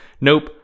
Nope